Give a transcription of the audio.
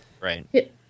Right